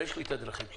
ויש לי את הדרכים שלי.